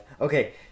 Okay